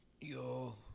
Yo